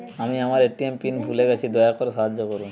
আমি আমার ATM PIN ভুলে গেছি, দয়া করে সাহায্য করুন